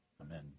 Amen